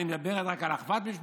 אני מדברת על רק על אחוות המשפחה,